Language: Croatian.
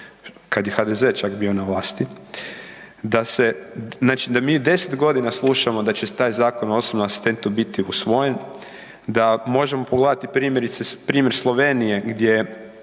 kada je HDZ čak bio na vlasti, da mi 10 godina slušamo da će taj Zakon o osobnom asistentu biti usvojen, da možemo pogledati primjerice primjer Slovenije gdje